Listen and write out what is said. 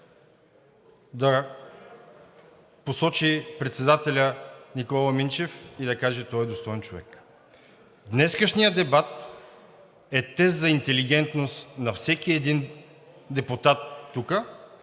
да посочи председателя Никола Минчев и да каже – той е достоен човек. Днешният дебат е тест за интелигентност на всеки един депутат тук